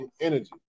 energy